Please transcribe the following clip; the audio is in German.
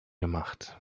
gemacht